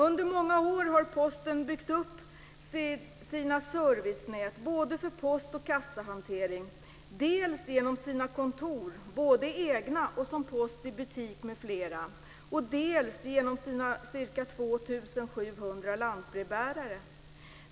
Under många år har Posten byggt upp sina servicenät både för post och kassahantering dels genom sina kontor, både egna och som post i butik m.fl., dels genom sina ca 2 700 lantbrevbärare.